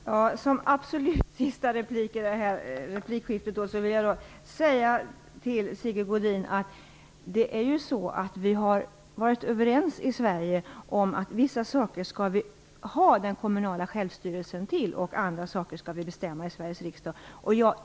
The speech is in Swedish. Fru talman! Som absolut sista inlägg i den här frågan vill jag säga till Sigge Godin att vi har varit överens i Sverige om att vissa saker skall vi ha den kommunala självstyrelsen till och andra saker skall vi bestämma i Sveriges riksdag.